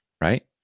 right